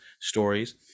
stories